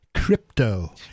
Crypto